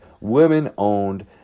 women-owned